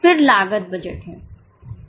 फिर लागत बजट हैं